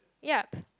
yup